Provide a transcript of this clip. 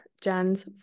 Jen's